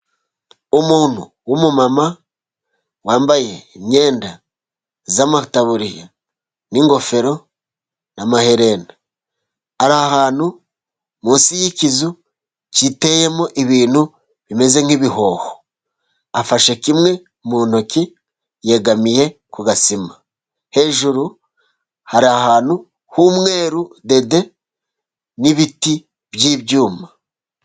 Umuntu w' umumama wambaye imyenda y' amataburiya, n' ingofero, n' amaherena ari ahantu munsi y' ikizu giteyemo, ibintu bimeze nkibihoho, afashe kimwe mu ntoki, yegamiye ku gasima hejuru, hari ahantu h' umweru dede n' ibiti by' ibyuma.